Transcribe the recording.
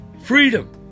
freedom